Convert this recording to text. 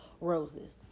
roses